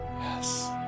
Yes